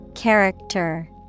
character